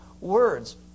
words